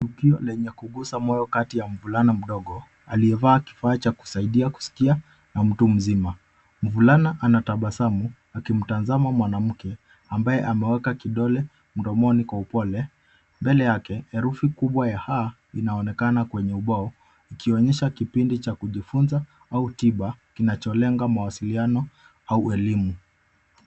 Tukio lenye kugusa moyo kati ya mvulana mdogo aliyevaa kifaa cha kusaidia kusikia na mtu mzima. Mvulana anatabasamu akimtazama mwanamke ambaye ameweka kidole mdomoni kwa upole. Mbele yake herufi kubwa ya A inaonekana kwenye ubao ukionyesha kipindi cha kujifunza au tiba kinacholenga mawasiliano au elimu.